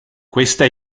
questa